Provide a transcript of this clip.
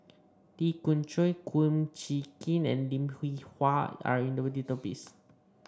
Lee Khoon Choy Kum Chee Kin and Lim Hwee Hua are in the database